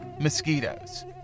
Mosquitoes